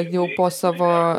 jau po savo